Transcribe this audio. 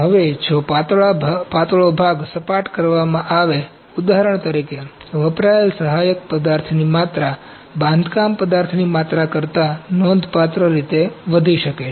હવે જો પાતળો ભાગ સપાટ કરવામાં આવે ઉદાહરણ તરીકે વપરાયેલ સહાયક પદાર્થની માત્રા બાંધકામ પદાર્થની માત્રા કરતાં નોંધપાત્ર રીતે વધી શકે છે